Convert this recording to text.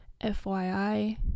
fyi